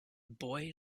boy